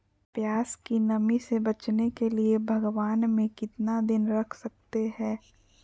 प्यास की नामी से बचने के लिए भगवान में कितना दिन रख सकते हैं?